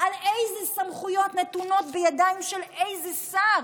על איזה סמכויות נתונות בידיים של איזה שר,